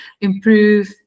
improve